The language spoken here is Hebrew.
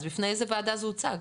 אז בפני איזה ועדה זה הוצג?